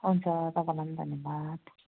हुन्छ तपाईँलाई पनि धन्यवाद